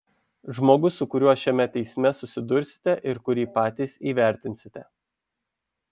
žmogus su kuriuo šiame teisme susidursite ir kurį patys įvertinsite